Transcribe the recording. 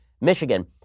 Michigan